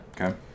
okay